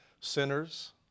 sinners